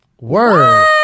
Word